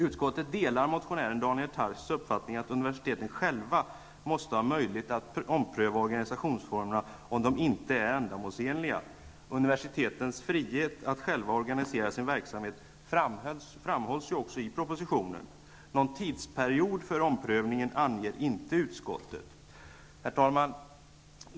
Utskottet delar motionären Daniel Tarschys uppfattning att universiteten själva måste ha möjlighet att ompröva organisationsformerna om de inte är ändamålsenliga. Universitetens frihet att själva organisera sin verksamhet framhålls ju också i propositionen. Någon tidsperiod för omprövningen anger inte utskottet. Herr talamn!